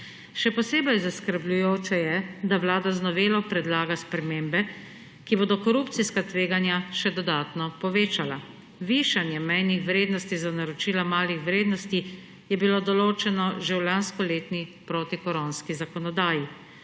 Še posebej zaskrbljujoče je, da Vlada z novelo predlaga spremembe, ki bodo korupcijska tveganja še dodatno povečala. Višanje mejnih vrednosti za naročila malih vrednosti je bilo določeno že v lanskoletni protikoronski zakonodaji